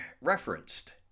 referenced